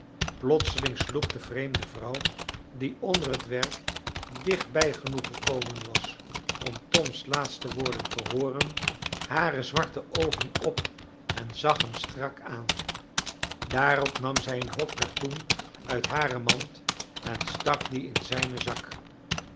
plotseling sloeg de vreemde vrouw die onder het werk dicht bij genoeg gekomen was om toms laatste woorden te hooren hare zwarte oogen op en zag hem strak aan daarop nam zij een hoop katoen uit haren mand en stak dien in zijnen zak